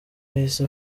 yahise